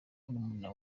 murumuna